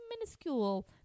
minuscule